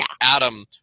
adam